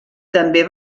també